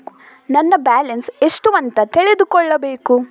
ನನ್ನ ಬ್ಯಾಲೆನ್ಸ್ ಎಷ್ಟು ಅಂತ ತಿಳಿದುಕೊಳ್ಳಬೇಕು?